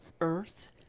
Earth